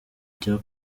cya